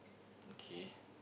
okay